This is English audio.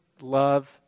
love